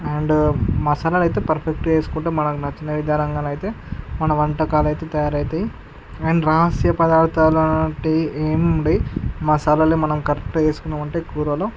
and మసాల అయితే పర్ఫెక్ట్గా వేసుకుంటే మనకు నచ్చిన విధాంగా అయితే మన వంటకాలు అయితే తయారవుతాయి అండ్ రహస్య పదార్థాలు లాంటి ఏమి ఉండవు మసాలాలు మనం కరెక్ట్గా వేసుకున్నాం అంటే కూరలో